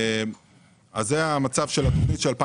אבל יש שם שוטים שלוקחים ילד,